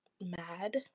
mad